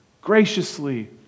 graciously